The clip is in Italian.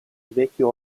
vecchio